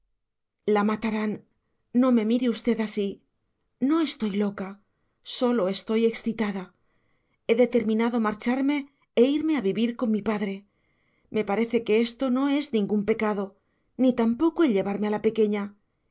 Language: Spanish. la matarán no me mire usted así no estoy loca sólo estoy excitada he determinado marcharme e irme a vivir con mi padre me parece que esto no es ningún pecado ni tampoco el llevarme a la pequeña